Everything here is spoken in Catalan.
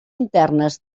internes